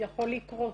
יכול לקרות,